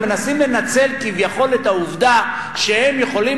הם מנסים לנצל כביכול את העובדה שהם יכולים